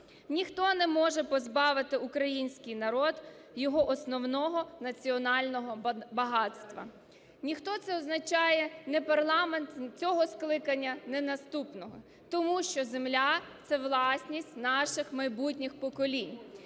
Ніхто не може позбавити український народ його основного національного багатства. Ніхто – це означає: ні парламент цього скликання, ні наступного. Тому що земля – це власність наших майбутніх поколінь.